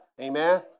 Amen